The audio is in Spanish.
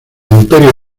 imperio